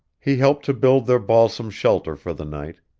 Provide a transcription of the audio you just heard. he helped to build their balsam shelter for the night,